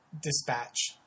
dispatch